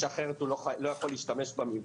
זה הדיווח למינהלת.